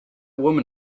woman